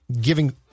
giving